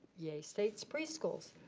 yay state's preschools.